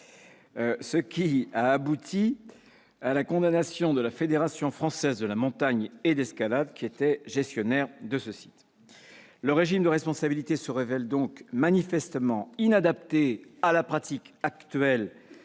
Cela a abouti à la condamnation de la Fédération française de la montagne et de l'escalade, qui était gestionnaire du site. Ce régime de responsabilité se révèle donc manifestement inadapté à la pratique actuelle